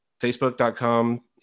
facebook.com